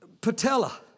patella